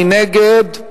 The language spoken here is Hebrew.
מי נגד?